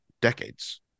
decades